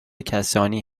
کسانی